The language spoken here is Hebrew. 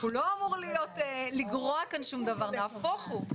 הוא לא אמור לגרוע כאן שום דבר, נהפוך הוא.